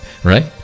Right